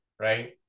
right